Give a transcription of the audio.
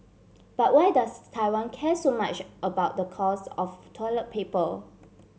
but why does Taiwan care so much about the cost of toilet papal